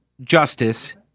justice